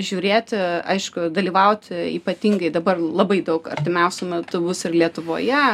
žiūrėti aišku dalyvauti ypatingai dabar labai daug artimiausiu metu bus ir lietuvoje